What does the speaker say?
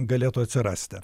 galėtų atsirasti